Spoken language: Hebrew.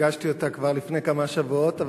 הגשתי אותה כבר לפני כמה שבועות,